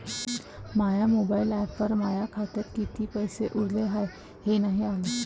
माया mobile ॲपवर माया खात्यात किती पैसे उरले हाय हे नाही आलं